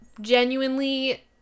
genuinely